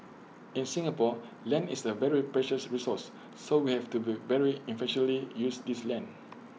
in Singapore land is A very precious resource so we have to be very efficiently use this land